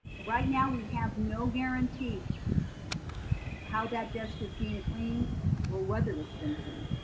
right now, we have no guarantee how that desk is being cleaned or whether it's been cleaned.